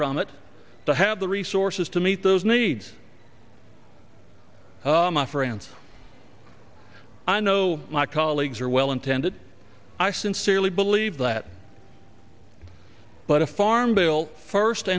from it to have the resources to meet those needs my friends i know my colleagues are well intended i sincerely believe that but a farm